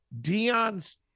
Dion's